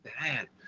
bad